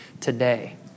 today